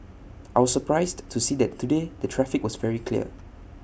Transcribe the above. I was surprised to see that today the traffic was very clear